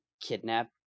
kidnap